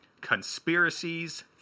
conspiracies